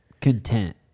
Content